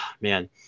man